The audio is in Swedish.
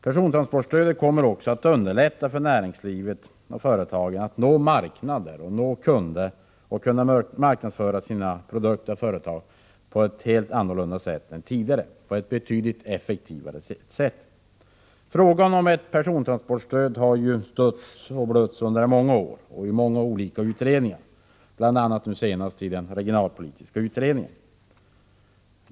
Persontransportstödet kommer också att underlätta för näringslivet och företagen att nå marknader och kunder och marknadsföra sina produkter på ett betydligt effektivare sätt än tidigare. Frågan om persontransportstöd har stötts och blötts under många år i många olika utredningar, bl.a. nu senast i den regionalpolitiska utredningen.